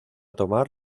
tomar